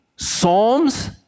Psalms